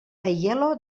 aielo